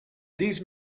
these